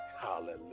Hallelujah